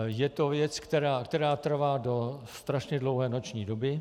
Je to věc, která trvá do strašně dlouhé noční doby.